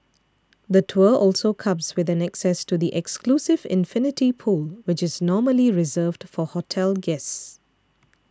the tour also comes with an access to the exclusive infinity pool which is normally reserved for hotel guests